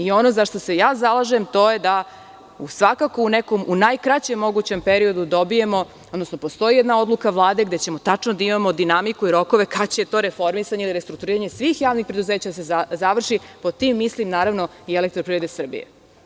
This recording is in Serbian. Ono za šta se ja zalažem, to je da svakako u najkraćem mogućem periodu dobijemo, odnosno postoji jedna odluka Vlade gde ćemo tačno da imamo dinamiku i rokove kada će to reformisanje i restrukturiranje svih javnih preduzeća da se završi, a pod tim mislim, naravno, i Elektroprivrede Srbije.